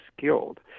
skilled